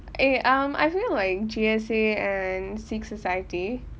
eh um I feel like G_S_A and sikh society